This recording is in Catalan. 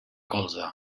colze